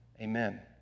amen